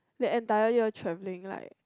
that entire year travelling like